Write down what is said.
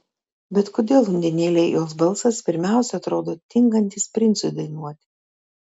bet kodėl undinėlei jos balsas pirmiausia atrodo tinkantis princui dainuoti